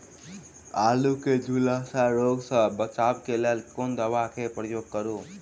आलु केँ झुलसा रोग सऽ बचाब केँ लेल केँ दवा केँ प्रयोग करू?